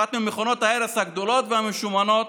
אחת ממכונות ההרס הגדולות והמשומנות